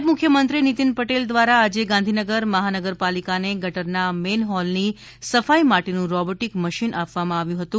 નાયબ મુખ્યમંત્રી નીતિન પટેલ દ્વારા આજે ગાંધીનગર મહાનગરલિકાને ગટરના મેનહોલની સફાઈ માટેનું રોબોટિક મશીન આપવામાં આવ્યું હતું